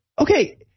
Okay